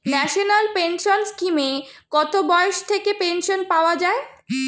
National pension স্কিমে কত বয়স থেকে পেনশন পাওয়া যায়?